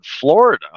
Florida